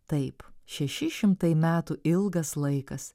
taip šeši šimtai metų ilgas laikas